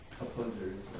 opposers